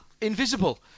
invisible